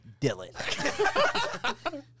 Dylan